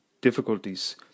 difficulties